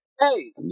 Hey